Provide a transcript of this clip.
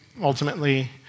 ultimately